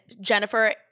Jennifer